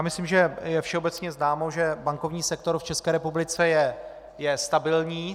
Myslím si, že je všeobecně známo, že bankovní sektor v České republice je stabilní.